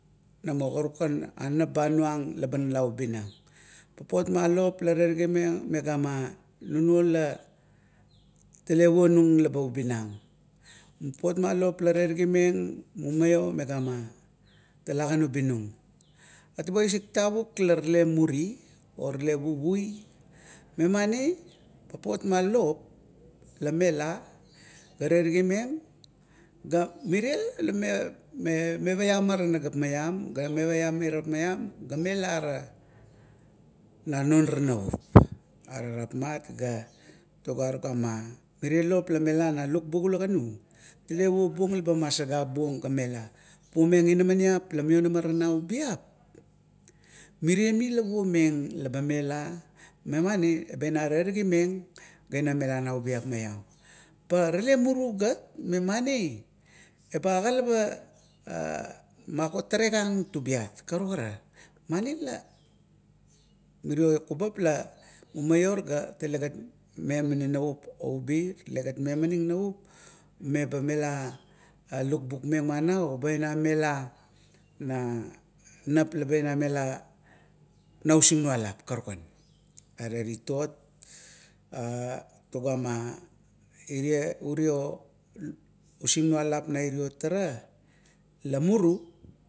Namo karukan anap ba nuang na ba nala ubiang. Papot ma lop la terigimeng megana nunula tale vonung leba ubiang. Papot ma lop la terigimeng mumaio megana talagan ubi nung. Atabo isik tavuk la tale muri, o tale puvui, mani papot ma lop la mela ga terigimeng ga mirie ga, la mevaiam ara nagap maiam ga mevalam irap maiam ga milara na no ara navup. Are ranat ga tuga tagama, lop la mela na lukbuk ula ganu tale pubuong la ba masagabung ga mela. Pumeng inamalap la maionamar na ubiap, mmirie mi la pomeng laba mela, memani eba ina terigimeng ga ina mela naubiap maiam. Pa tale muru gat, memani eba aga laba magotarek ang tubiat. Karukara mani la mirio kubap la mumaio ga talegat memaning navup oubi, talegat memaning navup meba mela ga lukbukmeng mana, ga ina mela nanap. Are titot ra tugama ire urio usingnualap na ireo tarala muru.